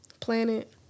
Planet